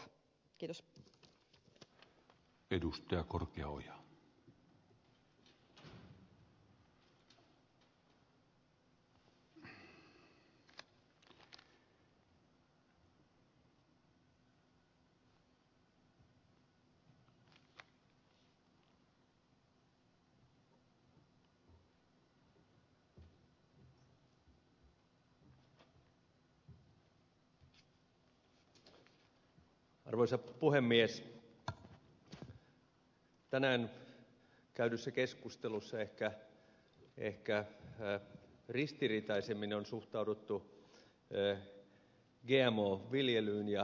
tänään käydyssä keskustelussa ehkä ristiriitaisimmin on suhtauduttu gmo viljelyyn ja gmo tuotteisiin